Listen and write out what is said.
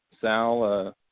Sal